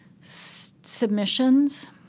submissions